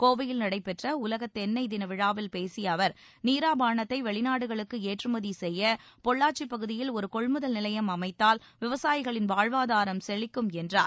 கோவையில் நடைபெற்ற உலக தென்னை தின விழாவில் பேசிய அவர் நீரா பானத்தை வெளிநாடுகளுக்கு ஏற்றுமதி செய்ய பொள்ளாச்சிப் பகுதியில் ஒரு கொள்முதல் நிலையம் அமைத்தால் விவசாயிகளின் வாழ்வாதாரம் செழிக்கும் என்றார்